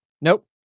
Nope